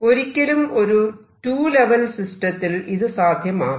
ഒരിക്കലും ഒരു 2 ലെവൽ സിസ്റ്റത്തിൽ ഇത് സാധ്യമാവില്ല